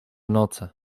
noce